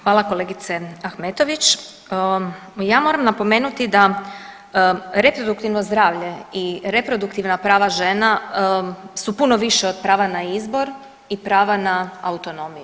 Hvala kolegice Ahmetović, ja moram napomenuti da reproduktivno zdravlje i reproduktivna prava žena su puno više od prava na izbor i prava na autonomiju.